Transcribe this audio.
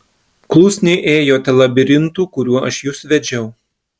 klusniai ėjote labirintu kuriuo aš jus vedžiau